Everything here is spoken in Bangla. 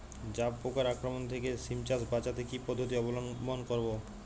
জাব পোকার আক্রমণ থেকে সিম চাষ বাচাতে কি পদ্ধতি অবলম্বন করব?